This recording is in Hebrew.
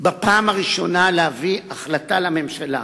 בפעם הראשונה להביא החלטה לממשלה,